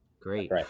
Great